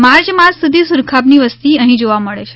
March માસ સુધી સુરખાબની વસતી અહી જોવા મળે છે